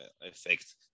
effect